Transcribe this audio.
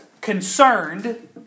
concerned